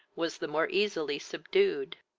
was the more easily subdued.